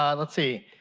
um let's see,